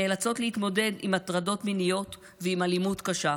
נאלצות להתמודד עם הטרדות מיניות ועם אלימות קשה,